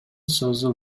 сөзү